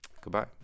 Goodbye